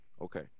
Okay